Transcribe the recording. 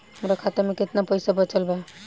हमरा खाता मे केतना पईसा बचल बा?